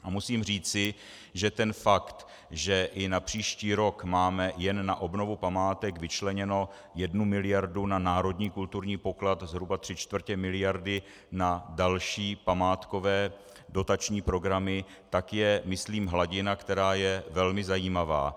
A musím říci, že ten fakt, že i na příští rok máme jen na obnovu památek vyčleněnu jednu miliardu na národní kulturní poklad, zhruba tři čtvrtě miliardy na další památkové dotační programy, tak je myslím hladina, která je velmi zajímavá.